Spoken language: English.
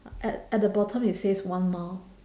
at at the bottom it says one mile